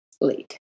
late